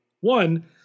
One